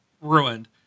ruined